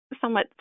somewhat